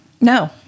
no